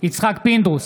יצחק פינדרוס,